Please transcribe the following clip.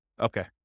Okay